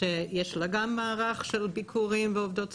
שיש לה מערך של ביקורים ועובדות סוציאליות.